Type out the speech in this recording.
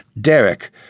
Derek